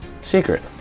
secret